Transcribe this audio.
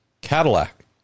Cadillac